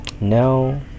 no